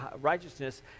righteousness